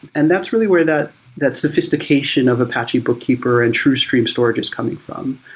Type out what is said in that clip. and that's really where that that sophistication of apache but keeper and true stream storage is coming from.